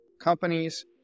companies